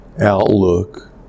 outlook